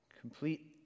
Complete